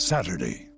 Saturday